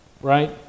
right